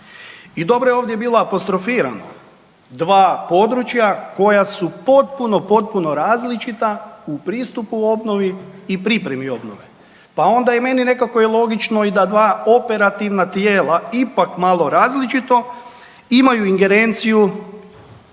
I dobro je ovdje bilo apostrofirano, dva područja koja su potpuno, potpuno različita u pristupu obnovi i pripremi obnove. Pa onda je i meni nekako i logično da dva operativna tijela ipak malo različito imaju ingerenciju